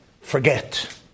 forget